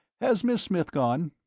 has miss smith gone?